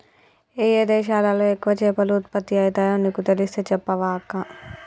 ఏయే దేశాలలో ఎక్కువ చేపలు ఉత్పత్తి అయితాయో నీకు తెలిస్తే చెప్పవ అక్కా